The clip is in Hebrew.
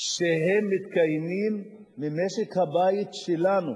שהם מתקיימים ממשק הבית שלנו.